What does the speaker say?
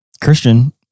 Christian